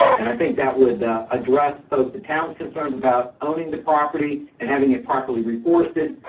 and i think that would address both the town's concerns about owning the property and having it properly reforested,